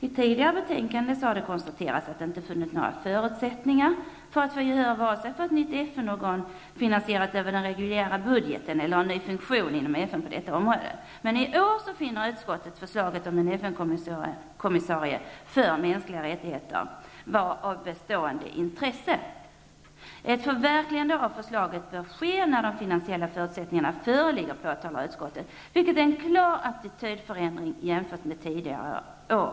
I tidigare betänkanden har det konstaterats att det inte funnits några förutsättningar för att få gehör vare sig för ett nytt FN-organ finansierat över den reguljära budgeten eller för en ny funktion inom FN på detta område. Men i år finner utskottet förslaget om en FN kommissarie för mänskliga rättigheter vara av bestående intresse. Ett förverkligande av förslaget bör ske när finansiella förutsättningar föreligger, påpekar utskottet. Det är en klar attitydförändring jämfört med tidigare år.